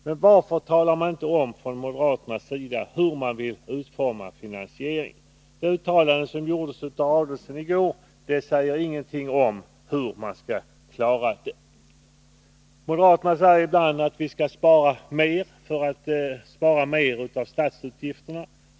Men varför inte tala om hur moderaterna vill utforma finansieringen? Det uttalande som Ulf Adelsohn gjorde i går säger ingenting om hur man skall klara det. Ibland säger moderaterna: Vi bör spara mer av statsutgifterna.